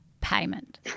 payment